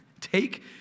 Take